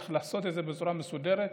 צריך לעשות את זה בצורה מסודרת.